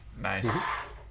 Nice